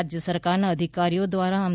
રાજ્ય સરકારના અધિકારીઓ દ્વારા અમ